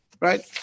right